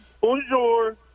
Bonjour